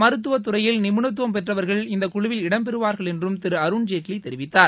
மருத்துவத்துறையில் நிபுணத்துவம் பெற்றவர்கள் இந்த குழுவில் இடம்பெறுவார்கள் என்றும் திரு அருண்ஜேட்வி தெரிவித்தார்